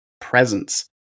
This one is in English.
presence